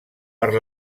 per